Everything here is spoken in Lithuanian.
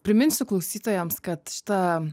priminsiu klausytojams kad šita